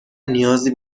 نیازی